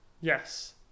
Yes